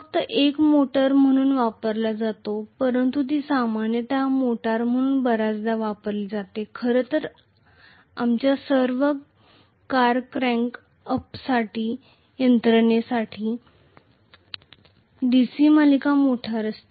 फक्त एक मोटर म्हणून वापरली जाते परंतु ती सामान्यत मोटार म्हणून बऱ्याचदा वापरली जाते खरं तर आमच्या सर्व कारमध्ये क्रॅन्क अप करण्यासाठी यंत्रणेसाठी DC सिरीज मोटर असते